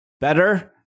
better